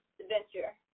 adventure